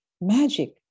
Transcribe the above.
magic